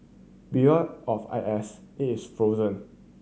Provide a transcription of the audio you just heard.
of I S it was frozen